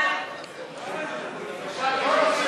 ההצעה להסיר